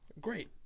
great